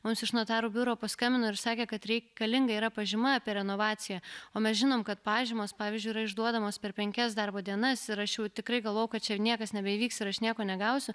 mums iš notarų biuro paskambino ir sakė kad reikalinga yra pažyma apie renovaciją o mes žinom kad pažymos pavyzdžiui yra išduodamos per penkias darbo dienas ir aš jau tikrai galvojau kad čia niekas nebeįvyks ir aš nieko negausiu